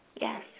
Yes